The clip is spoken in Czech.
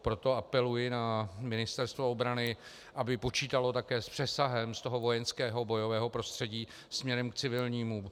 Proto apeluji na Ministerstvo obrany, aby počítalo také s přesahem z toho vojenského bojového prostředí směrem k civilnímu.